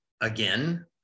again